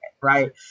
right